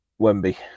wemby